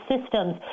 systems